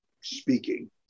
speaking